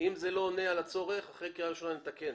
אם זה לא עונה על הצורך, אחרי קריאה ראשונה נתקן.